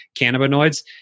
cannabinoids